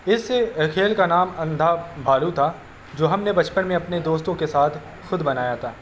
اس سے کھیل کا نام اندھا بھالو تھا جو ہم نے بچپن میں اپنے دوستوں کے ساتھ خود بنایا تھا